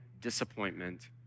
disappointment